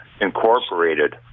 Incorporated